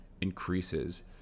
increases